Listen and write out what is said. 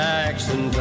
Jackson